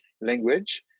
language